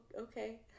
okay